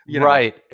Right